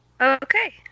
Okay